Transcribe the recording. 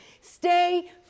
stay